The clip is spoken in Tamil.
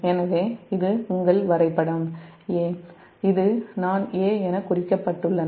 எனவே இது உங்கள் வரைபடம் 'A' எனக் குறிக்கப்பட்டுள்ளன